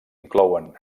inclouen